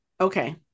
Okay